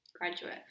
graduate